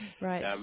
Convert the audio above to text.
Right